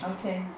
Okay